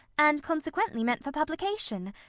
and consequently meant for publication.